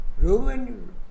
Roman